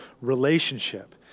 relationship